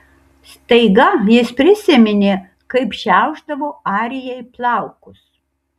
staiga jis prisiminė kaip šiaušdavo arijai plaukus